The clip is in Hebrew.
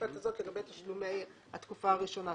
המיוחדת הזאת לגבי תשלומי התקופה הראשונה.